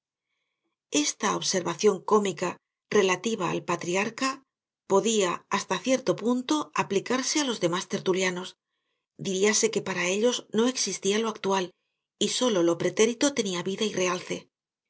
esta observación cómica relativa al patriarca podía hasta cierto punto aplicarse á los demás tertulianos diríase que para ellos no existía lo actual y sólo lo pretérito tenía vida y realce